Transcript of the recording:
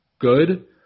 good